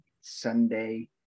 Sunday